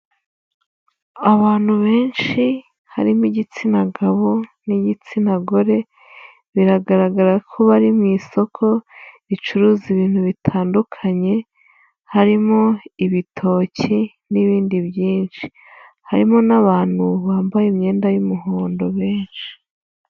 Abantu benshi harimo igitsina gabo, n'igitsina gore, biragaragara ko bari mu isoko ricuruza ibintu bitandukanye harimo: Ibitoki, n'ibindi byinshi. Harimo n'abantu bambaye imyenda y'umuhondo benshi.